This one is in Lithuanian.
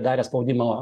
darė spaudimą